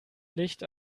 licht